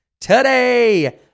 today